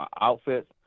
outfits